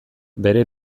bere